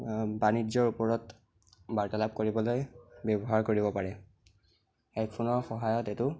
বাণিজ্য়ৰ ওপৰত বাৰ্তালাপ কৰিবলৈ ব্য়ৱহাৰ কৰিব পাৰে হেডফোনৰ সহায়ত এইটো